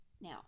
now